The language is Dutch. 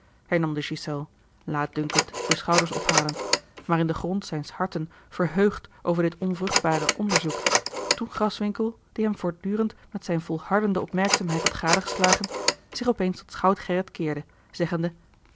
de ghiselles laatdunkend de schouders ophalend maar in den grond zijns harten verheugd over dit onvruchtbare onderzoek toen graswinckel die hem voortdurend met zijne volhardende opmerkzaamheid had gadegeslagen zich op eens tot schout gerrit keerde zeggende